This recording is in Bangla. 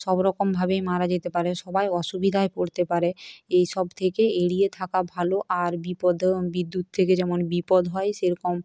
সব রকমভাবেই মারা যেতে পারে সবাই অসুবিধায় পড়তে পারে এইসব থেকে এড়িয়ে থাকা ভালো আর বিপদেও বিদ্যুৎ থেকে যেমন বিপদ হয় সেরকম